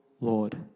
Lord